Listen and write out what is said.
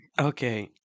okay